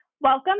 Welcome